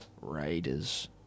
Raiders